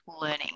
learning